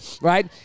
Right